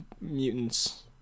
mutants